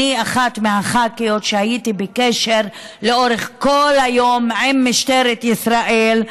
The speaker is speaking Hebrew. אני אחת הח"כיות שהיו בקשר לאורך כל היום עם משטרת ישראל,